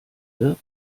wird